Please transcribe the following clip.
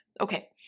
Okay